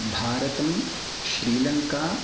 भारतं श्रीलङ्का